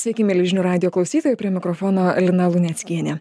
sveiki mieli žinių radijo klausytojai prie mikrofono lina luneckienė